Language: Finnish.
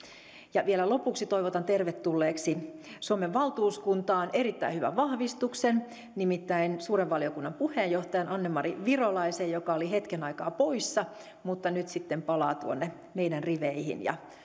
ja vielä lopuksi toivotan tervetulleeksi suomen valtuuskuntaan erittäin hyvän vahvistuksen nimittäin suuren valiokunnan puheenjohtaja anne mari virolaisen joka oli hetken aikaa poissa mutta nyt sitten palaa tuonne meidän riveihimme ja